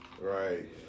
Right